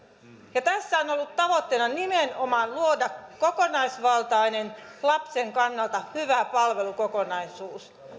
ja tässä on ollut tavoitteena nimenomaan luoda kokonaisvaltainen lapsen kannalta hyvä palvelukokonaisuus